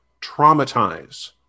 traumatize